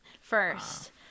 first